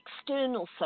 external